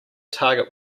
target